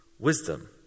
Wisdom